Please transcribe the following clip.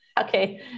Okay